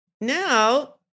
Now